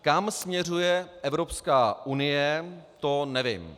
Kam směřuje Evropská unie, to nevím.